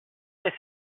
his